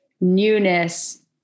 newness